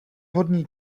vhodný